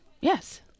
Yes